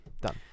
Done